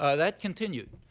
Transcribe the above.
ah that continued.